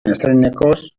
estreinakoz